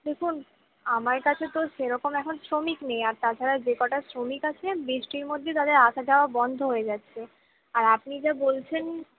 দেখুন আমার কাছে তো সেরকম এখন শ্রমিক নেই আর তাছাড়া যেকটা শ্রমিক আছে বৃষ্টির মধ্যে তাদের আসা যাওয়া বন্ধ হয়ে যাচ্ছে আর আপনি যা বলছেন